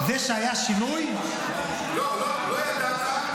זה שהיה שינוי --- לא ידעת?